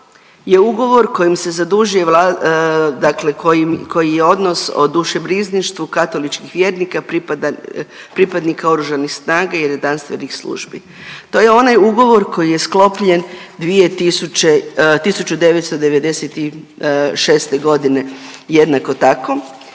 je ugovor kojim se zadužuje vla… dakle koji je odnos o dušebrižništvu katoličkih vjernika pripadnika Oružanih snaga i redarstvenih službi. To je onaj ugovor koji je sklopljen dvije tisuće, 1996. godine jednako tako